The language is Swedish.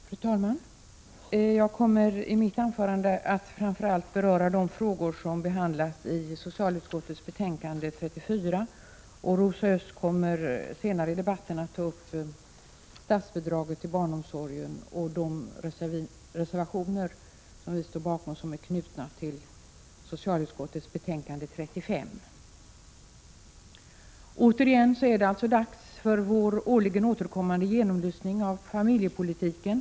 Fru talman! Jag kommer i mitt anförande att framför allt beröra de frågor som behandlas i socialutskottets betänkande 34. Rosa Östh kommer senare i debatten att ta upp statsbidraget till barnomsorgen och de reservationer som vi står bakom som är knutna till socialutskottets betänkande 35. Återigen är det dags för vår årligen återkommande genomlysning av familjepolitiken.